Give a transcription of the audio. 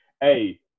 Hey